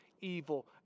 evil